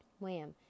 Wham